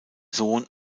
sohn